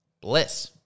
bliss